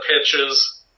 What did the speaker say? pitches